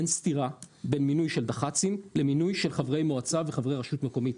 אין סתירה בין מינוי של דח"צים למינוי של חברי מועצה וחברי רשות מקומית.